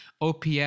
OPS